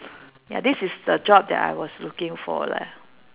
ya this is the job that I was looking for leh